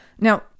Now